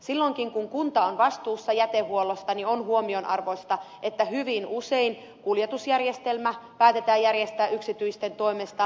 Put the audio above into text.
silloinkin kun kunta on vastuussa jätehuollosta on huomionarvoista että hyvin usein kuljetusjärjestelmä päätetään järjestää yksityisten toimesta